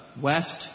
west